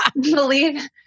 believe